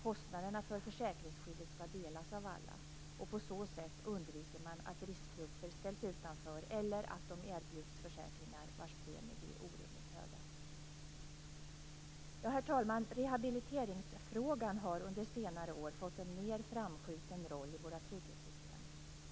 Kostnaderna för försäkringsskyddet skall delas av alla. På så sätt undviker man att riskgrupper ställs utanför eller att de erbjuds försäkringar vars premier blir orimligt höga. Herr talman! Rehabiliteringsfrågan har under senare år fått en mer framskjuten roll i våra trygghetssystem.